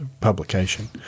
publication